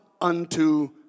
unto